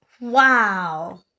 wow